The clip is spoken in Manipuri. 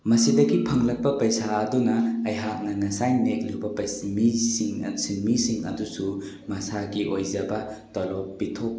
ꯃꯁꯤꯗꯒꯤ ꯐꯪꯂꯛꯄ ꯄꯩꯁꯥ ꯑꯗꯨꯅ ꯑꯩꯍꯥꯛꯅ ꯉꯁꯥꯏ ꯅꯦꯛꯂꯨꯕ ꯃꯤꯁꯤꯡ ꯁꯤꯟꯃꯤꯁꯤꯡ ꯑꯗꯨꯁꯨ ꯃꯁꯥꯒꯤ ꯑꯣꯏꯖꯕ ꯇꯣꯂꯣꯞ ꯄꯤꯊꯣꯛ